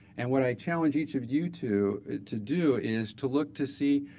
and what i challenge each of you to to do is to look to see,